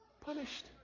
punished